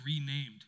renamed